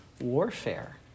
warfare